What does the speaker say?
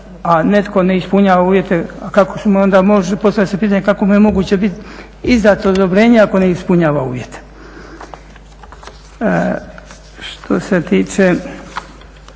a netko ne ispunjava uvjete. Postavlja se pitanje kako mu je izdato odobrenje ako ne ispunjava uvjete? Što se tiče